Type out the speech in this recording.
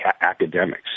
academics